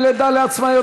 דמי לידה לעצמאיות,